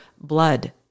blood